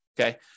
Okay